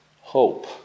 hope